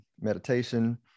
meditation